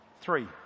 Three